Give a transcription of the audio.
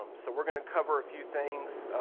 um so we're gonna cover a few things.